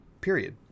period